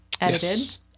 edited